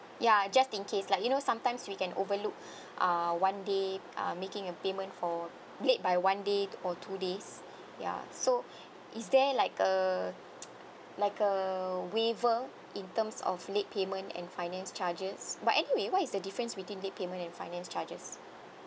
ya just in case like you know sometimes we can overlook uh one day uh making a payment for late by one day or two days ya so is there like a like a waiver in terms of late payment and finance charges but anyway what is the difference between late payment and finance charges